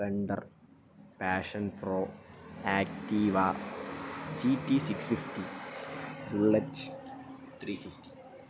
splendor passion pro Activa G T six fifty bullet three fifty